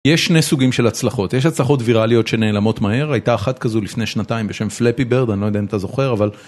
יש שני סוגים של הצלחות יש הצלחות ויראליות שנעלמות מהר הייתה אחת כזו לפני שנתיים בשם פלאפי ברד אני לא יודע אם אתה זוכר אבל.